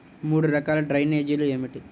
మూడు రకాల డ్రైనేజీలు ఏమిటి?